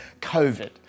COVID